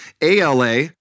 ALA